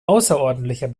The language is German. außerordentlicher